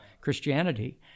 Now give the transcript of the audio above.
Christianity